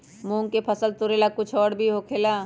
मूंग के फसल तोरेला कुछ और भी होखेला?